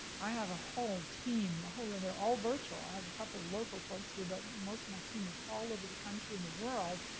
i have a whole team, a whole, and they're all virtual. i have a couple local folks here, but most of my team is all over the country and the world.